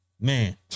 man